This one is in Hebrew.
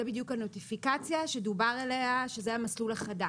זה בדיוק הנוטיפיקציה שדובר עליה שזה המסלול החדש.